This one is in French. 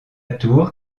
tours